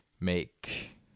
make